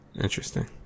Interesting